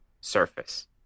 surface